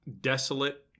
desolate